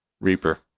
Reaper